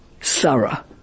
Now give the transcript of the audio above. Sarah